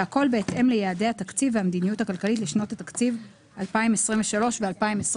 והכל בהתאם ליעדי התקציב והמדיניות הכלכלית לשנות התקציב 2023 ו-2024.